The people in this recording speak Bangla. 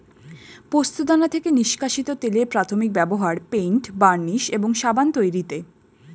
পোস্তদানা থেকে নিষ্কাশিত তেলের প্রাথমিক ব্যবহার পেইন্ট, বার্নিশ এবং সাবান তৈরিতে